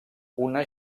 una